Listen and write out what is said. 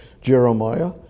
Jeremiah